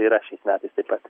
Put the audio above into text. yra šiais metais taip pat